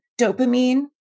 dopamine